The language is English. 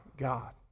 God